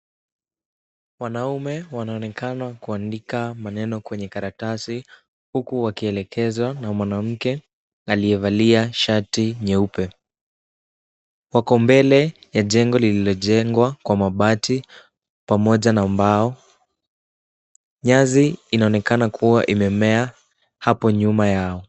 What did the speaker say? Wanaume wanaonekana kuandika maneno kwenye karatasi huku wakielekezwa na mwanamke aliyevalia shati nyeupe. Wako mbele ya jengo lililojengwa kwa mabati pamoja na mbao. Nyasi inaonekana kuwa imemea hapo nyuma yao.